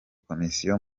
komisiyo